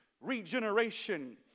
regeneration